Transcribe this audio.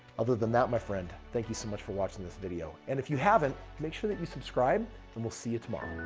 other than that my friend, thank you so much for watching this video. and if you haven't, make sure that you subscribe and we'll see you tomorrow.